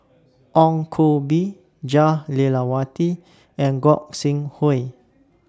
Ong Koh Bee Jah Lelawati and Gog Sing Hooi